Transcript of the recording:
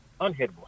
unhittable